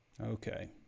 Okay